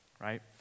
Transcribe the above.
right